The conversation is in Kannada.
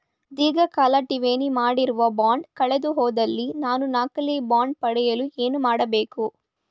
ಧೀರ್ಘಕಾಲ ಠೇವಣಿ ಮಾಡಿರುವ ಬಾಂಡ್ ಕಳೆದುಹೋದಲ್ಲಿ ನಾನು ನಕಲಿ ಬಾಂಡ್ ಪಡೆಯಲು ಏನು ಮಾಡಬೇಕು?